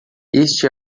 este